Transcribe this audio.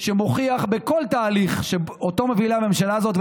שמוכח בכל תהליך שמובילה הממשלה הזאת.